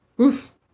oof